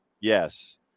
Yes